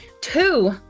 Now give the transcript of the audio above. Two